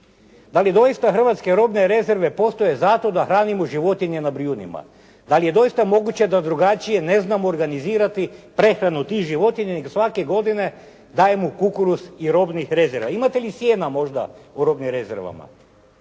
Da li doista hrvatske robne rezerve postoje zato da hranimo životinje na Brijunima? Da li je doista moguće da drugačije ne znamo organizirati prehranu tih životinja nego svake godine dajemo kukuruz i robnih rezerva. Imate li sjena možda u robnim rezervama?